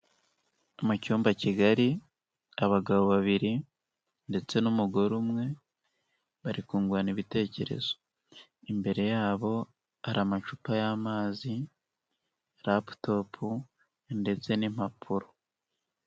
Mu cyumba kigari abagabo babiri ndetse n'umugore umwe bari kungurana ibitekerezo. Imbere yabo hari amacupa y'amazi raputopu ndetse n'impapuro.